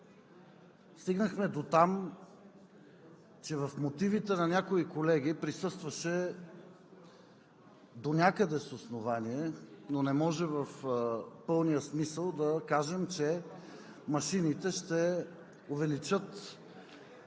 Стигнахме дотам, че в мотивите на някои колеги присъстваше – донякъде с основание, но не може да кажем в пълния смисъл, че машините ще увеличат